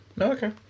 Okay